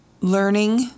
learning